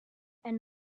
and